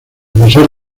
pesar